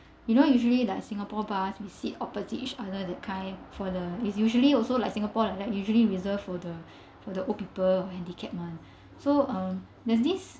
you don't usually like singapore bus we sit opposite each other that kind for the it's usually also like singapore like that usually reserved for the for the old people handicapped [one] so um there's this